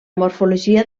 morfologia